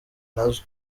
nazo